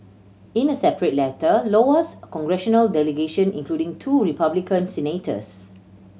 in a separate letter Iowa's congressional delegation including two Republican senators